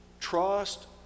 Trust